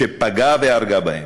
שפגעה והרגה בהם.